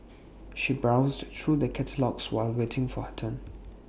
she browsed through the catalogues while waiting for her turn